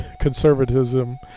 conservatism